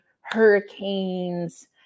hurricanes